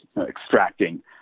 extracting